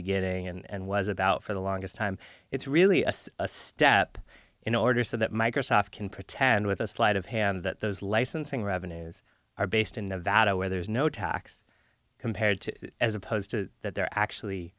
beginning and was about for the longest time it's really a step in order so that microsoft can pretend with a slight of hand that those licensing revenues are based in nevada where there is no tax compared to as opposed to that they're actually